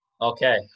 Okay